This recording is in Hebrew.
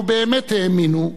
ובאמת האמינו,